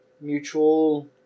mutual